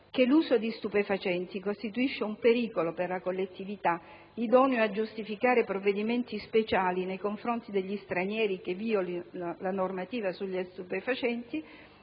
che l'uso di droghe costituisca un pericolo per la collettività idoneo a giustificare provvedimenti speciali nei confronti degli stranieri che violino la normativa sugli stupefacenti,